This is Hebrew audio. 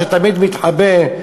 שתמיד מתחבא,